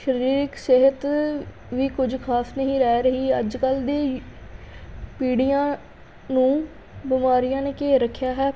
ਸਰੀਰਿਕ ਸਿਹਤ ਵੀ ਕੁਝ ਖ਼ਾਸ ਨਹੀਂ ਰਹਿ ਰਹੀ ਅੱਜ ਕੱਲ੍ਹ ਦੀ ਪੀੜ੍ਹੀਆਂ ਨੂੰ ਬਿਮਾਰੀਆਂ ਨੇ ਘੇਰ ਰੱਖਿਆ ਹੈ